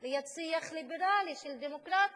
ליד שיח ליברלי של דמוקרטיה,